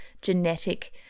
genetic